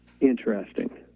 Interesting